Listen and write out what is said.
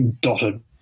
Dotted